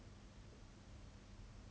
家家有本难念的经